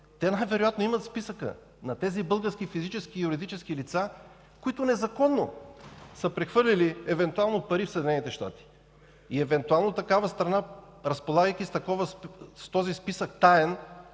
щати, вероятно имат списъка на тези български физически и юридически лица, които незаконно са прехвърлили евентуално пари в Съединените щати. И евентуално такава страна, разполагайки с този таен